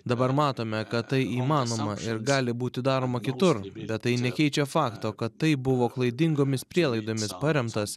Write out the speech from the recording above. dabar matome kad tai įmanoma ir gali būti daroma kitur bet tai nekeičia fakto kad tai buvo klaidingomis prielaidomis paremtas